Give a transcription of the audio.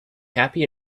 happy